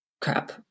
crap